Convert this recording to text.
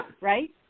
Right